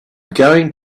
going